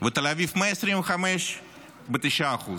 ותל אביב 125, ב-9%.